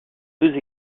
deux